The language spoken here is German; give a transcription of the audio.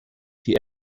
die